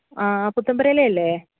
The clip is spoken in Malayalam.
ആ പുത്തന്പുരയിലെ അല്ലേ